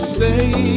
Stay